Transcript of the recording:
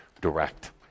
direct